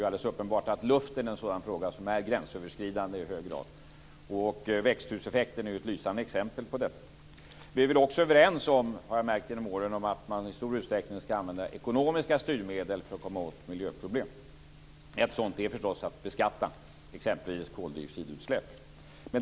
Det är uppenbart att luften är en fråga som i hög grad är gränsöverskridande, och växthuseffekten är ett lysande exempel på detta. Vi är väl också överens om - det har jag märkt genom åren - att man i stor utsträckning ska använda ekonomiska styrmedel för att komma åt miljöproblem. Ett sådant är att beskatta exempelvis koldioxidutsläpp.